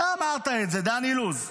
אתה אמרת את זה, דן אילוז.